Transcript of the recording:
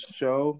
show